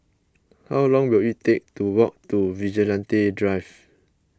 how long will it take to walk to Vigilante Drive